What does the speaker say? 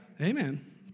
Amen